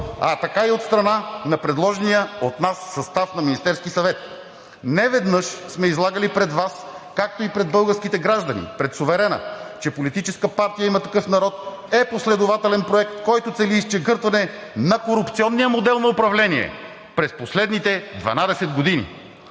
а така и от страна на предложения от нас състав на Министерския съвет. Неведнъж сме излагали пред Вас, както и пред българските граждани – суверена, че Политическа партия „Има такъв народ“ е последователен проект, който цели изчегъртване на корупционния модел на управление през последните 12 години.